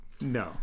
No